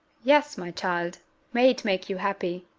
yes, my child may it make you happy!